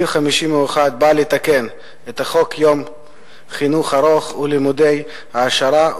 סעיף 51 בא לתקן את חוק יום חינוך ארוך ולימודי העשרה,